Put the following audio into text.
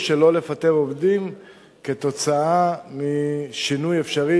שלא לפטר עובדים כתוצאה משינוי אפשרי,